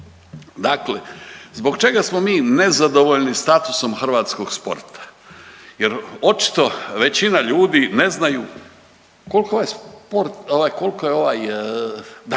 dakle zbog čega smo mi nezadovoljni statusom hrvatskog sporta jer očito većina ljudi ne znaju koliko ovaj sport, ovaj kolko je ovaj,